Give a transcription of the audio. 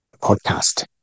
podcast